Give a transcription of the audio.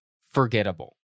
forgettable